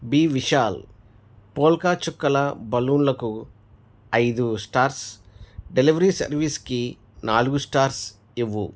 B Vishal polka చుక్కల బెలూన్లకు ఐదు స్టార్స్ డెలివరీ సర్వీస్ కి నాలుగు స్టార్స్ ఇవ్వు